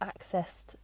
accessed